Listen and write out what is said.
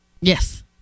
Yes